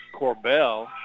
Corbell